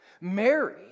Mary